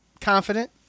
confident